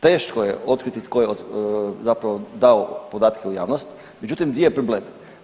Teško je otkriti tko je zapravo dao podatke u javnost, međutim di je problem?